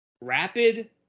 Rapid